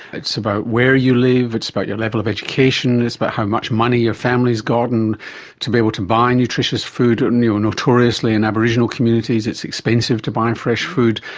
it's about where you live, it's about your level of education it's about but how much money your family has got and to be able to buy nutritious food. notoriously in aboriginal communities it's expensive to buy and fresh food.